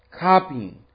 copying